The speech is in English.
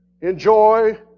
enjoy